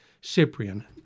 Cyprian